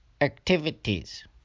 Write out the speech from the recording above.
activities